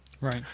Right